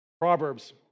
Proverbs